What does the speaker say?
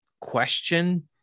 question